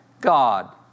God